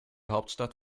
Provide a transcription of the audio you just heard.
hauptstadt